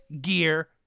gear